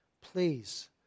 please